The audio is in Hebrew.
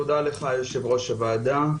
תודה לך יושב ראש הוועדה.